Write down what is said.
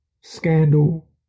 scandal